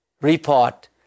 report